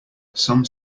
some